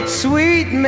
sweet